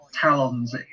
Talon's